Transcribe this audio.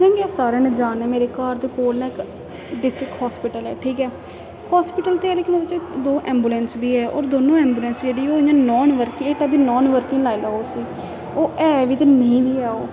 जियां कि सारें न जानने मेरे घर दे कोल न इक डिस्ट्रिक हस्पिटल ऐ ठीक ऐ हस्पिटल ते ऐ लेकिन ओह्दे च दो ऐंबुलेंस बी ऐ दोनो ऐंबुलेंस जेह्ड़ी ओह् इ'यां नॉन वर्किंग लाई लैओ उसी ओह् ऐ बी ते नेईं बी ऐ ओह्